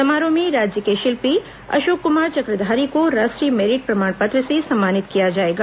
समारोह में राज्य के शिल्पी अशोक कुमार चक्रधारी को राष्ट्रीय मेरिट प्रमाण पत्र से सम्मानित किया जाएगा